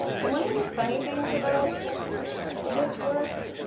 and one of the funny things about this work,